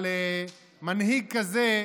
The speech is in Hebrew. אבל מנהיג כזה,